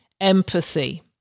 empathy